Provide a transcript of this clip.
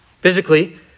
Physically